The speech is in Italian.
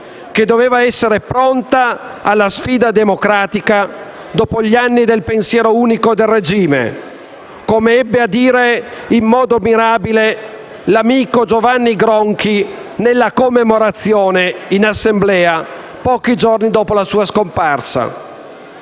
che doveva essere pronta alla sfida democratica dopo gli anni del pensiero unico del regime, come ebbe a dire in modo mirabile l'amico Giovanni Gronchi nella commemorazione in Assemblea pochi giorni dopo la sua scomparsa.